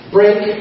Break